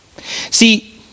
See